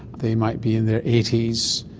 they might be in their eighty s,